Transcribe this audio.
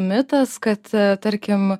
mitas kad tarkim